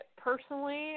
personally